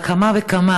פי כמה וכמה,